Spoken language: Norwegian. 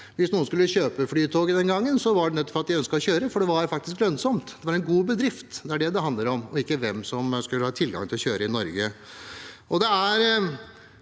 Hvis noen skulle kjøpe Flytoget den gangen, var det nettopp fordi de ønsket å kjøre, for det var faktisk lønnsomt. Det var en god bedrift. Det er det det handler om, ikke om hvem som skulle ha tilgang til å kjøre i Norge.